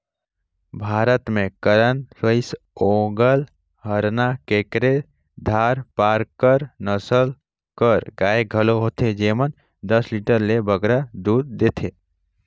भारत में करन स्विस, ओंगोल, हराना, केकरेज, धारपारकर नसल कर गाय घलो होथे जेमन दस लीटर ले बगरा दूद देथे